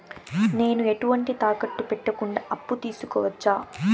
నేను ఎటువంటి తాకట్టు పెట్టకుండా అప్పు తీసుకోవచ్చా?